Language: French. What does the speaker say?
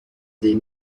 des